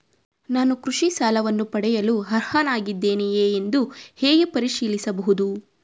ನಾನು ಕೃಷಿ ಸಾಲವನ್ನು ಪಡೆಯಲು ಅರ್ಹನಾಗಿದ್ದೇನೆಯೇ ಎಂದು ಹೇಗೆ ಪರಿಶೀಲಿಸಬಹುದು?